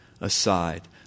aside